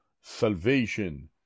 salvation